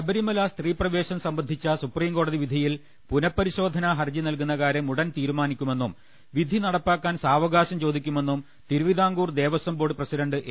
ശബരിമല സ്ത്രീപ്രവേശം സംബന്ധിച്ച സുപ്രീംകോടതി വിധിയിൽ പുനപരിശോധന ഹരജി നൽകുന്ന കാര്യം ഉടൻ തീരുമാനിക്കുമെന്നും വിധി നടപ്പാക്കാൻ സാവകാശം ചോദിക്കുമെന്നും Thiruvithamkoor Devaswom board president A